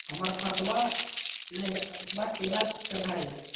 हमर खतवा मे पैसवा केना चढाई?